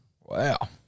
Wow